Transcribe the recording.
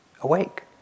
awake